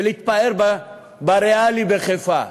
ולהתפאר ב"ריאלי" בחיפה.